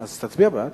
אז תצביע בעד.